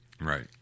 right